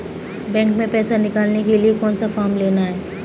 Bank में पैसा निकालने के लिए कौन सा फॉर्म लेना है?